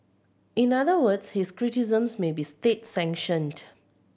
in other words his criticisms may be state sanctioned